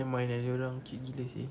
then main dengan dia orang cute gila seh